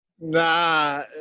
Nah